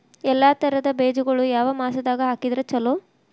ಎಲ್ಲಾ ತರದ ಬೇಜಗೊಳು ಯಾವ ಮಾಸದಾಗ್ ಹಾಕಿದ್ರ ಛಲೋ?